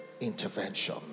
Intervention